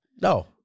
No